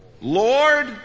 Lord